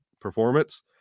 performance